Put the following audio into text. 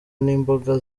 n’imboga